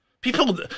People